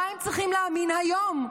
במה הם צריכים להאמין היום?